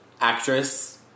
Actress